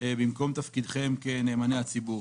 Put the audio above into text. במקום בתפקידכם כנאמני הציבור.